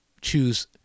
choose